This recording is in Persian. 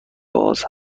باز